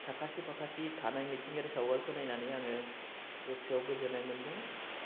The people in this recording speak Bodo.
साखाथि फाखाथि थानाय मिथिंगायारि सावगारिखौ नायनानै आङो गोसोआव गोजोन्नाय मोनदों